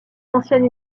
ancienne